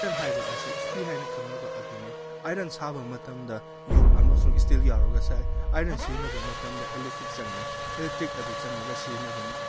iron ꯍꯥꯏꯕ ꯑꯁꯤ ꯏꯁꯇ꯭ꯔꯤ ꯍꯥꯏꯅ ꯈꯪꯅꯕ ꯑꯗꯨꯅꯤ ꯑꯥꯏꯔꯟ ꯁꯥꯕ ꯃꯇꯝꯗ ꯌꯣꯠ ꯑꯃꯁꯨꯡ ꯁ꯭ꯇꯤꯜ ꯌꯥꯎꯔꯒ ꯁꯥꯏ ꯑꯥꯏꯔꯟ ꯁꯤꯖꯤꯟꯅꯕ ꯃꯇꯝꯗ ꯏꯂꯦꯛꯇ꯭ꯔꯤꯛ ꯆꯩꯏ ꯏꯂꯦꯛꯇ꯭ꯔꯤꯛ ꯑꯗꯨ ꯆꯪꯉꯒ ꯁꯤꯖꯤꯟꯅꯕꯅꯤ